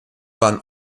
waren